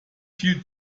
viel